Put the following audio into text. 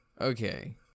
Okay